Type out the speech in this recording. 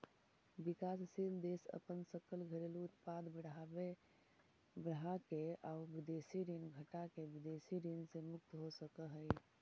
विकासशील देश अपन सकल घरेलू उत्पाद बढ़ाके आउ विदेशी ऋण घटाके विदेशी ऋण से मुक्त हो सकऽ हइ